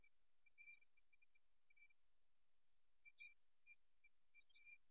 விரிந்திருக்கும் நிலைப்பாடு ஒரு நபரின் அணுகுமுறையில் அவரது போர் குணத்தை வெளிப்படுத்துகிறது